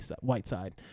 Whiteside